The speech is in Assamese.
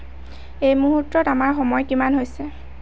এই মুহূৰ্তত আমাৰ সময় কিমান হৈছে